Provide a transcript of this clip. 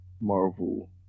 Marvel